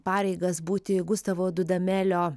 pareigas būti gustavo dudamelio